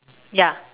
ya